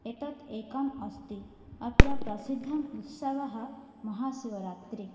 एतत् एकम् अस्ति अत्र प्रसिद्धः उत्सवः महाशिवरात्रिः